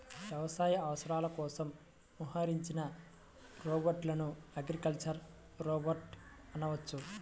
వ్యవసాయ అవసరాల కోసం మోహరించిన రోబోట్లను అగ్రికల్చరల్ రోబోట్ అనవచ్చు